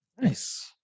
Nice